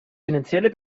finanzielle